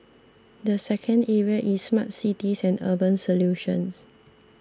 the second area is smart cities and urban solutions